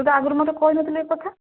ତୁ ତ ଆଗରୁ ମୋତେ କହିନଥିଲୁ ଏ କଥା